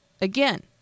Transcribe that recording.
Again